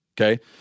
okay